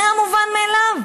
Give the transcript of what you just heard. זה המובן מאליו.